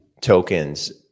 tokens